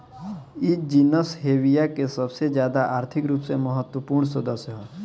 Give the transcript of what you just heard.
इ genus Hevea के सबसे ज्यादा आर्थिक रूप से महत्वपूर्ण सदस्य ह